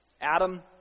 Adam